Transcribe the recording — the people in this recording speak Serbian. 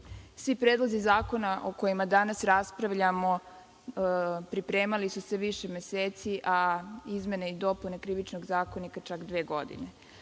Svi predlozi zakona o kojima danas raspravljamo pripremali su se više meseci, a izmene i dopune Krivičnog zakonika čak dve godine.